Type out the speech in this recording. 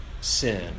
sin